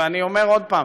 ואני אומר שוב,